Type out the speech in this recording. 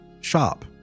Shop